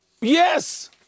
Yes